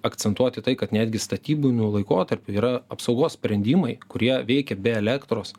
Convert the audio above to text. akcentuoti tai kad netgi statybiniu laikotarpiu yra apsaugos sprendimai kurie veikia be elektros